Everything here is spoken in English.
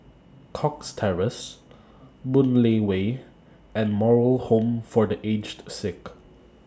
Cox Terrace Boon Lay Way and Moral Home For The Aged Sick